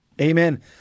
Amen